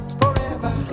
forever